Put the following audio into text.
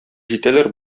җитәләр